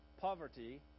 poverty